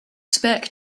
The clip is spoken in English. expect